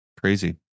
crazy